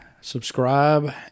subscribe